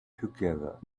together